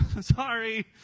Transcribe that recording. Sorry